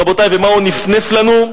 רבותי, במה הוא נפנף לנו?